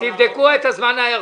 תבדקו את זמן ההיערכות,